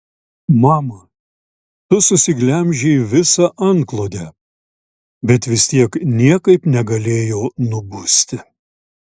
mama tu susiglemžei visą antklodę bet vis tiek niekaip negalėjo nubusti